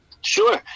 Sure